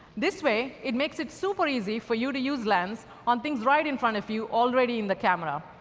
this way, it makes it super easy for you to use lens on things right in front of you already in the camera.